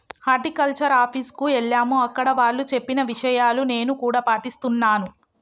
horticulture office కు ఎల్లాము అక్కడ వాళ్ళు చెప్పిన విషయాలు నేను కూడా పాటిస్తున్నాను